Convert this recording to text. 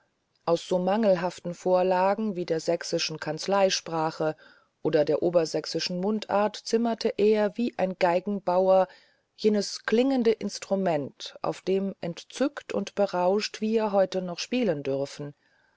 aus so mangelhaften vorlagen wie der sächsischen kanzleisprache und der obersächsischen mundart zimmerte er wie ein geigenbauer jenes klingende instrument auf dem entzückt und berauscht wir heute noch spielen dürfen